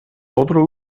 otro